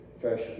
fresh